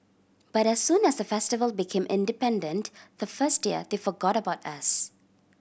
but as soon as the festival became independent the first year they forgot about us